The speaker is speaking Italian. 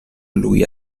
lui